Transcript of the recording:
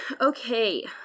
Okay